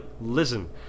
listen